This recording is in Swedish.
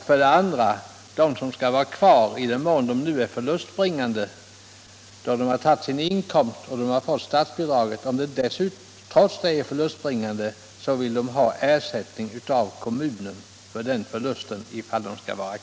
För det andra ville man ha ersättning av kommunen, om turerna skulle vara kvar, och om trafiken trots utgående statsbidrag var förlustbringande.